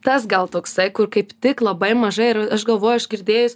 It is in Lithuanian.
tas gal toksai kur kaip tik labai mažai ir aš galvoju aš girdėjus